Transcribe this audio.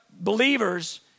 believers